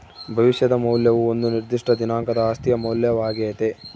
ಭವಿಷ್ಯದ ಮೌಲ್ಯವು ಒಂದು ನಿರ್ದಿಷ್ಟ ದಿನಾಂಕದ ಆಸ್ತಿಯ ಮೌಲ್ಯವಾಗ್ಯತೆ